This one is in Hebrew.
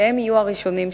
שהם יהיו הראשונים שייפגעו.